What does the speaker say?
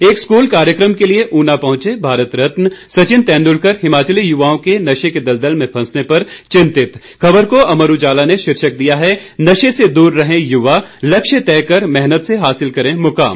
एक स्कूल कार्यक्रम के लिए ऊना पहुंचे भारत रत्न सचिन तेंदुलकर हिमाचली युवाओं के नशे के दलदल में फंसने पर चिंतित ख़बर को अमर उजाला ने शीर्षक दिया है नशे से दूर रहें युवा लक्ष्य तय कर मेहनत से हासिल करें मुकाम